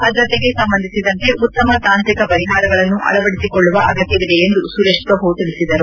ಭದ್ರತೆಗೆ ಸಂಬಂಧಿಸಿದಂತೆ ಉತ್ತಮ ತಾಂತ್ರಕ ಪರಿಹಾರಗಳನ್ನು ಅಳವಡಿಸಿಕೊಳ್ಳುವ ಅಗತ್ಯವಿದೆ ಎಂದು ಸುರೇಶ್ ಪ್ರಭು ತಿಳಿಸಿದರು